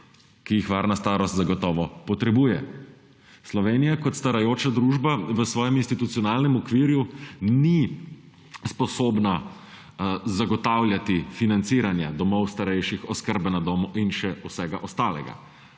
ki jih varna starost zagotovo potrebuje. Slovenija je kot starajoča družba v svojem institucionalnem okviru ni sposobna zagotavljati financiranja domov starejših, oskrbe na domu in še vsega ostalega,